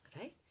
right